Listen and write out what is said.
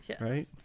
right